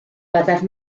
byddaf